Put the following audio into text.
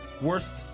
worst